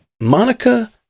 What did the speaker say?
monica